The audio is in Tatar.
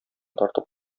тартып